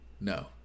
No